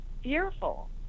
Fearful